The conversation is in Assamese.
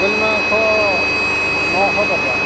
ছাগলী মাংস নশ টকা